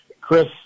Chris